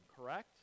correct